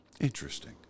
Interesting